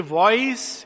voice